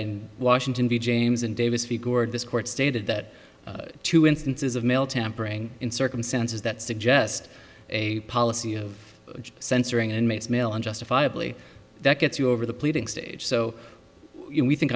in washington view james in davis figured this court stated that two instances of male tampering in circumstances that suggest a policy of censoring inmates male unjustifiably that gets you over the pleading stage so we think